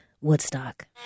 Woodstock